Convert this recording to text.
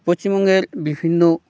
পশ্চিমবঙ্গের বিভিন্ন